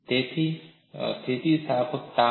તેથી સ્થિતિસ્થાપક તાણ